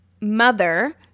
mother